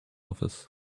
office